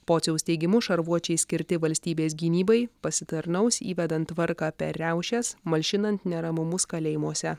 pociaus teigimu šarvuočiai skirti valstybės gynybai pasitarnaus įvedant tvarką per riaušes malšinant neramumus kalėjimuose